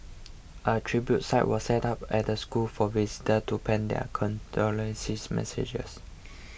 a tribute site was set up at the school for visitors to pen their condolence messages